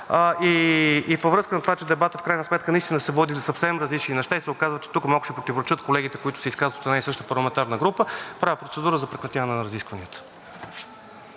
и във връзка с това, че в дебата в крайна сметка са водили съвсем различни неща, и се оказва, че тук малко си противоречат колегите, които се изказват от една и съща парламентарна група, правя процедура за прекратяване на разискванията.